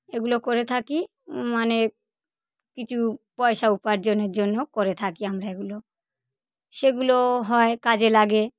এগুলো করে থাকি মানে কিছু পয়সা উপার্জনের জন্য করে থাকি আমরা এগুলো সেগুলো হয় কাজে লাগে